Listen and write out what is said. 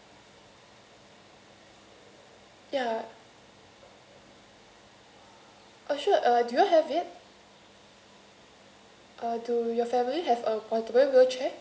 ya uh sure uh do you have it uh do your family have a portable wheelchair